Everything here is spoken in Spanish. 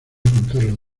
contarlo